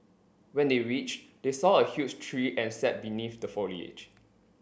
when they reached they saw a huge tree and sat beneath the foliage